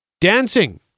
Dancing